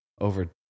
over